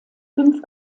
fünf